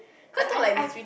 cause I I've